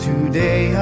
Today